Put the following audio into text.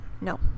No